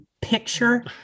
picture